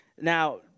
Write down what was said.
Now